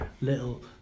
little